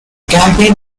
campaign